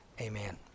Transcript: Amen